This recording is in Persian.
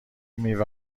میوه